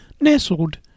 nestled